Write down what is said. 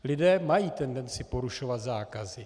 Lidé mají tendenci porušovat zákazy.